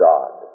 God